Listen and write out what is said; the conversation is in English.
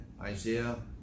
Isaiah